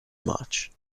much